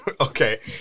okay